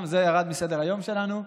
גם זה ירד מסדר-היום שלנו,